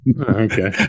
Okay